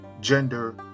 gender